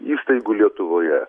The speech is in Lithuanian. įstaigų lietuvoje